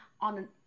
on